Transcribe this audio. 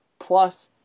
Plus